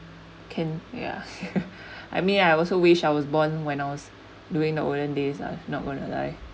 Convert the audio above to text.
can ya I mean I also wish I was born when I was during the olden days ah it's not gonna lie